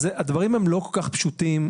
הדברים לא כל כך פשוטים,